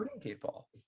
people